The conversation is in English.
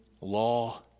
law